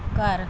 ਘਰ